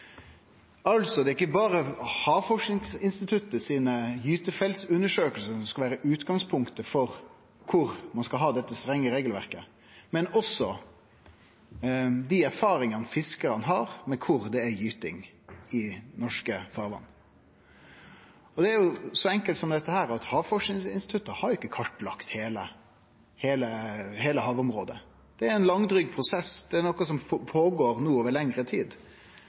Det er altså ikkje berre Havforskingsinstituttets gytefeltundersøkingar som skal vere utgangspunktet for kor ein skal ha dette strenge regelverket, men også dei erfaringane fiskarar har med kor det er gyting i norske farvatn. Dette er så enkelt som at Havforskingsinstituttet ikkje har kartlagt heile havområdet. Det er ein langdryg prosess, det er noko som går føre seg over lengre tid.